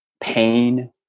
pain